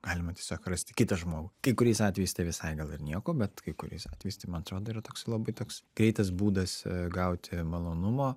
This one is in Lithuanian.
galima tiesiog rasti kitą žmogų kai kuriais atvejais tai visai gal ir nieko bet kai kuriais atvejais tai man atrodo toks labai toks greitas būdas gauti malonumo